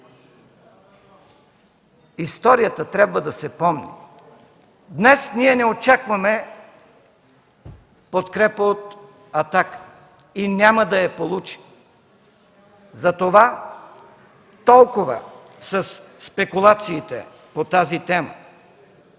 Историята трябва да се помни! Днес ние не очакваме подкрепа от „Атака” и няма да я получим. Затова – толкова със спекулациите по тази тема.